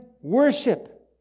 worship